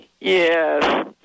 Yes